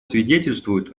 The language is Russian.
свидетельствует